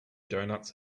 donuts